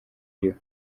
iriho